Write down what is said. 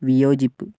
വിയോജിപ്പ്